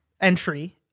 entry